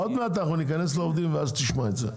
עוד מעט נגיע לעובדים ותשמע את זה.